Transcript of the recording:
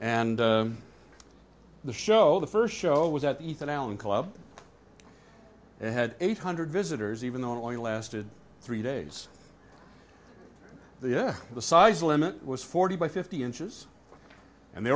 and the show the first show was at ethan allen club it had eight hundred visitors even though it only lasted three days yeah the size limit was forty by fifty inches and they